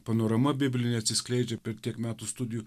panorama biblinė atsiskleidžia per tiek metų studijų